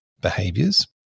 Behaviors